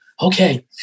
Okay